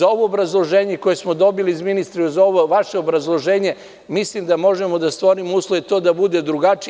Uz ovo obrazloženje koje smo dobili od ministra i uz ovo vaše obrazloženje, mislim da možemo da stvorimo uslove da bude drugačije.